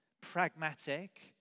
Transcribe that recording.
pragmatic